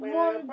one